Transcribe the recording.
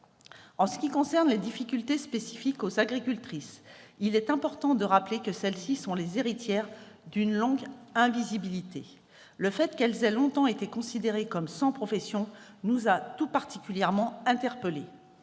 En ce qui concerne les difficultés spécifiques aux agricultrices, il est important de rappeler que celles-ci sont les héritières d'une longue invisibilité. Le fait qu'elles aient longtemps été considérées comme « sans profession » nous a tout particulièrement interpellés.